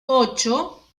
ocho